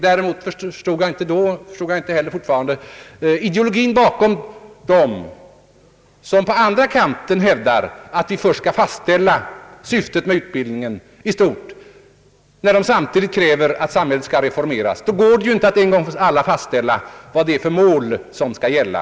Däremot förstod jag inte då, och förstår inte fortfarande, ideologin bakom den mening som man på den andra kanten hävdar, nämligen att vi först skall fastställa syftet med utbildningen i stort, samtidigt som man kräver att samhället skall reformeras. Då går det ju inte att en gång för alla fastställa vilket mål som skall gälla.